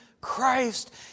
Christ